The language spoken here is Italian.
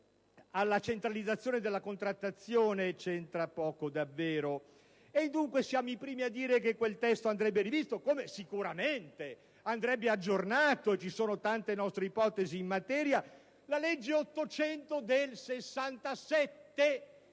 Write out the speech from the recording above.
alla centralizzazione della contrattazione c'entra davvero poco. Siamo pertanto i primi a dire che quel testo andrebbe rivisto, come sicuramente andrebbe aggiornata - e vi sono tante nostre ipotesi in materia - la legge n. 800 del 1967,